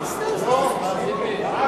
זו הצבעה